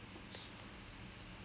nearly